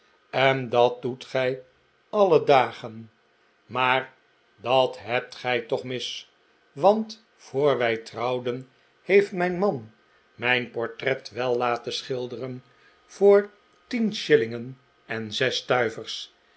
en dat doet gij alle dagen maar dat hebt gij toch mis want voor wij trouwden heeft mijn man mijn portret wel laten schilderen voor tien shillingen en zes stuivers